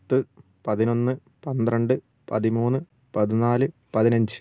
പത്ത് പതിനൊന്ന് പന്ത്രണ്ട് പതിമൂന്ന് പതിനാല് പതിനഞ്ച്